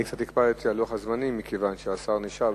אני קצת הקפדתי על לוח הזמנים מכיוון שהשר נשאר.